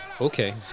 Okay